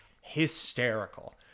hysterical